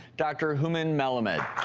dr. hooman melamed